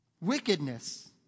Wickedness